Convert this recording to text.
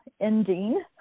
ending